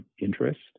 interest